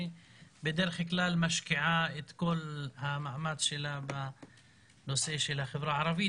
שבדרך כלל משקיעה את כל המאמץ שלה בנושא של החברה הערבית.